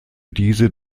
diese